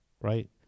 right